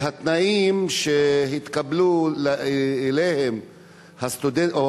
התנאים שהתקבלו בהם הסטודנטים, או